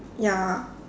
ya